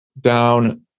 down